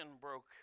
broke